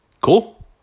Cool